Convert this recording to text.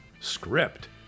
script